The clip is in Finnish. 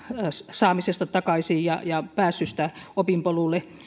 saamisesta takaisin ja ja pääsystä opinpolulle